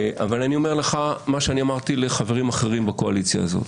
אני אומר לך מה שאמרתי לחברים אחרים בקואליציה הזאת.